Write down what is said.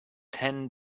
ten